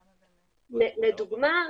לדוגמה.